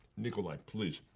nicolae, please.